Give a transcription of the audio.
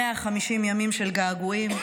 150 ימים של געגועים.